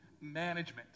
management